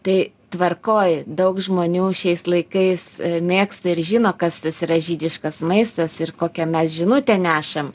tai tvarkoj daug žmonių šiais laikais mėgsta ir žino kas tas yra žydiškas maistas ir kokią mes žinutę nešam